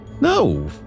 No